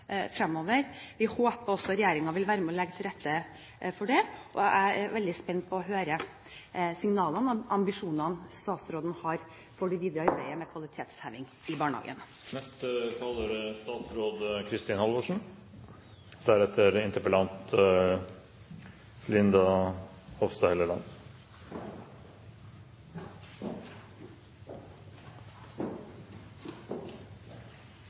fremover. Vi håper regjeringen vil være med og legge til rette for det, og jeg er veldig spent på å høre hvilke signaler og ambisjoner statsråden har for det videre arbeidet med kvalitetsheving i barnehagen. Jeg er